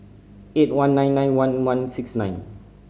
eight one nine nine one one six nine